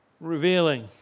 revealing